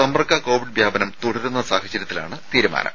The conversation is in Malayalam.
സമ്പർക്ക കോവിഡ് വ്യാപനം തുടരുന്ന സാഹചര്യത്തിലാണ് തീരുമാനം